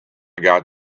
got